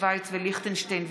שווייץ וליכטנשטיין,